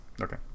Okay